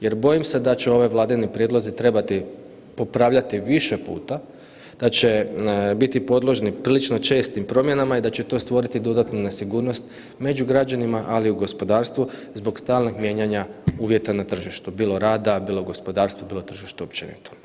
Jer bojim se da će ove Vladine prijedloge trebati popravljati više puta, da će biti podložni prilično čestim promjenama i da će to stvoriti dodatnu nesigurnost među građanima ali i u gospodarstvu zbog stalnih mijenjanja uvjeta na tržištu, bilo rada, bilo gospodarstva, bilo tržišta općenito.